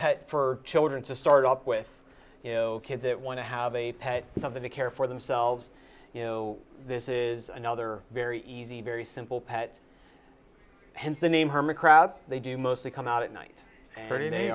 for children to start up with you know kids that want to have a pet something to care for themselves you know this is another very easy very simple pet hence the name hermit crab they do mostly come out at